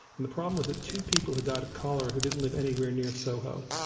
and the problem was that two people had died of cholera who didn't live anywhere near soho.